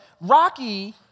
Rocky